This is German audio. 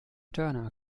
turner